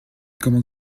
comment